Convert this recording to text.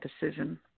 decision